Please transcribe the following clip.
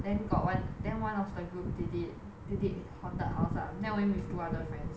then got one then one of the group they did they did haunted house lah that I went with two other friends